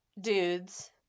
dudes